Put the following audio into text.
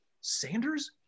Sanders